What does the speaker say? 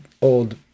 old